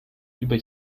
über